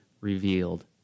revealed